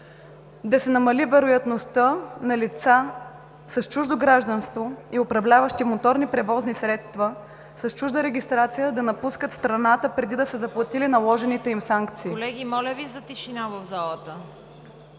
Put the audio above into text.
да се намали вероятността на лица с чуждо гражданство и управляващи моторни превозни средства с чужда регистрация да напускат страната преди да са заплатили наложените им санкции. ПРЕДСЕДАТЕЛ ЦВЕТА КАРАЯНЧЕВА: Колеги, моля Ви за тишина в залата!